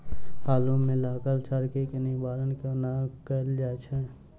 आलु मे लागल झरकी केँ निवारण कोना कैल जाय छै?